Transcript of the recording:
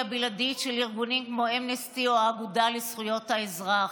בלעדית של ארגונים כמו אמנסטי או האגודה לזכויות האזרח.